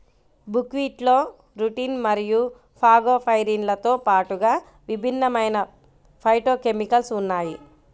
బుక్వీట్లో రుటిన్ మరియు ఫాగోపైరిన్లతో పాటుగా విభిన్నమైన ఫైటోకెమికల్స్ ఉన్నాయి